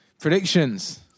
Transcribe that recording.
predictions